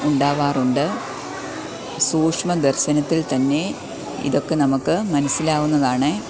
ഉണ്ടാകാറുണ്ട് സൂക്ഷ്മദർശനത്തിൽത്തന്നെ ഇതൊക്കെ നമുക്ക് മനസ്സിലാകുന്നതാണ്